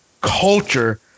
culture